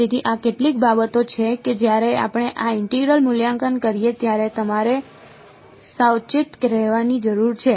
તેથી આ કેટલીક બાબતો છે કે જ્યારે આપણે આ ઇન્ટિગ્રલ મૂલ્યાંકન કરીએ ત્યારે તમારે સાવચેત રહેવાની જરૂર છે